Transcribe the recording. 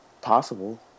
possible